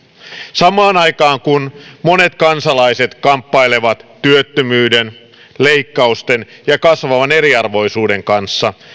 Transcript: samaan aikaan kun monet kansalaiset kamppailevat työttömyyden leikkausten ja kasvavan eriarvoisuuden kanssa